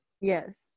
Yes